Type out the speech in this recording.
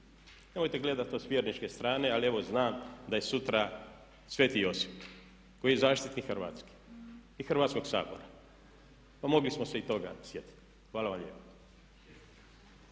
nemojte gledati to s vjerničke strane, ali evo znam da je sutra sv. Josip koji je zaštitnik Hrvatske i Hrvatskog sabora. Pa mogli smo se i toga sjetiti. Hvala vam lijepo.